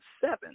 seven